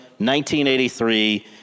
1983